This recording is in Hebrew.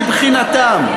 מבחינתם,